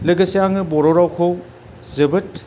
लोगोसे आङो बर' रावखौ जोबोद